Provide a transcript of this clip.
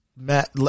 Matt